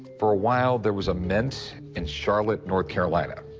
for a while, there was a mint in charlotte, north carolina.